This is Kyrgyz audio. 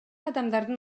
адамдардын